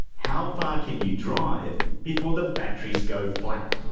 how far can you drive before the batteries go flat?